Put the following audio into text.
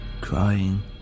crying